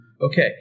Okay